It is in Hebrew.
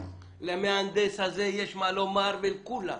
למהנדס הזה יש מה לומר ולכולם,